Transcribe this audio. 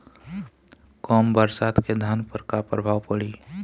कम बरसात के धान पर का प्रभाव पड़ी?